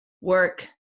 work